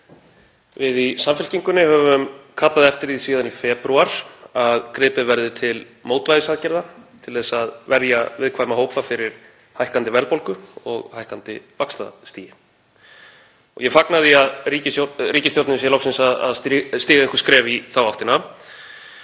Við í Samfylkingunni höfum kallað eftir því síðan í febrúar að gripið verði til mótvægisaðgerða til að verja viðkvæma hópa fyrir hækkandi verðbólgu og hækkandi vaxtastigi. Ég fagna því að ríkisstjórnin sé loksins að stíga einhver skref í þá áttina.